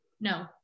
No